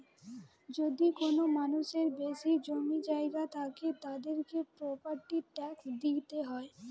যদি কোনো মানুষের বেশি জমি জায়গা থাকে, তাদেরকে প্রপার্টি ট্যাক্স দিইতে হয়